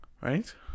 Right